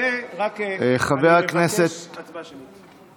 אני רק מבקש הצבעה שמית.